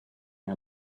and